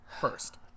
first